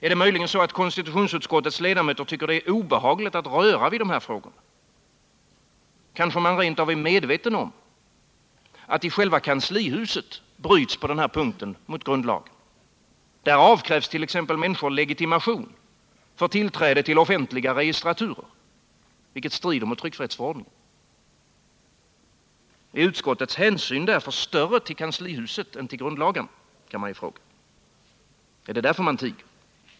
Är det möjligen så att konstitutionsutskottets ledamöter tycker det är obehagligt att röra vid dessa frågor? Kanske man rent av är medveten om att det i själva kanslihuset bryts mot grundlagen. Där avkrävs t.ex. människor legitimation för tillträde vid offentliga registraturer, vilket strider mot tryckfrihetsförordningen. Är utskottets hänsyn därför större till kanslihuset än till grundlagarna? Är det därför man tiger?